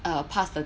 uh passed the